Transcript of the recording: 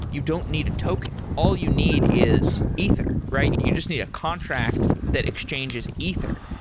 you don't need a token. all you need is ether, right? you just need a contract that exchanges ether.